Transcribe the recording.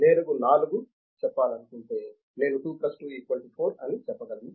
నేను 4 చెప్పాలనుకుంటే నేను 2 2 4 అని చెప్పగలను